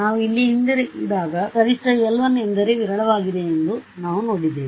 ನಾವು ಇಲ್ಲಿಗೆ ಹಿಂತಿರುಗಿದಾಗ ಕನಿಷ್ಠ l1ಎಂದರೆ ವಿರಳವಾಗಿದೆ ಎಂದು ನಾವು ನೋಡಿದ್ದೇವೆ